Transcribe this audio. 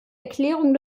erklärung